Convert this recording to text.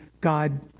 god